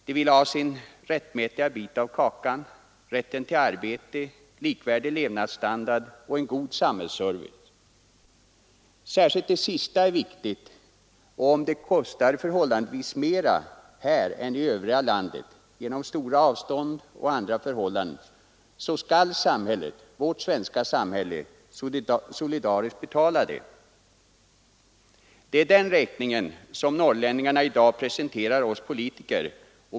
De vill ha sin rättmätiga bit av kakan: rätten till arbete, likvärdig levnadsstandard och en god samhällsservice. Särskilt det sista är viktigt, och om det kostar förhållandevis mera än i övriga landet, genom stora avstånd och andra förhållanden, skall vårt svenska samhälle solidariskt betala detta. Det är den räkningen som norrlänningarna i dag presenterar oss politiker.